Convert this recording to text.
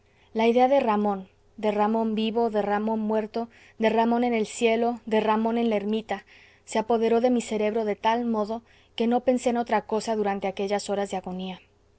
la idea de ramón de ramón vivo de ramón muerto de ramón en el cielo de ramón en la ermita se apoderó de mi cerebro de tal modo que no pensé en otra cosa durante aquellas horas de agonía